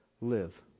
live